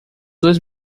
dois